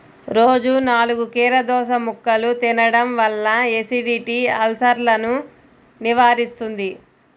రోజూ నాలుగు కీరదోసముక్కలు తినడం వల్ల ఎసిడిటీ, అల్సర్సను నివారిస్తుంది